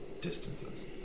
distances